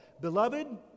Beloved